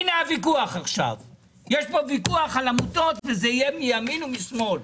יש פה ויכוח על עמותות וזה יהיה מימין ומשמאל.